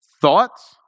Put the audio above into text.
thoughts